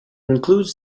includes